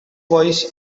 voice